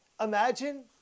Imagine